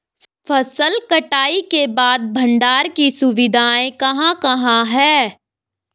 फसल कटाई के बाद भंडारण की सुविधाएं कहाँ कहाँ हैं?